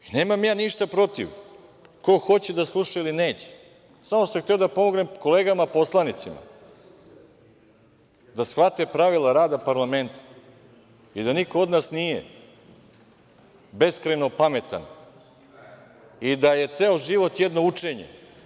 Nemam ja ništa protiv, ko hoće da sluša ili neće, samo sam hteo da pomognem kolegama poslanicima, da shvate pravila rada parlamenta i da niko od nas nije beskrajno pametan i da je ceo život jedno učenje.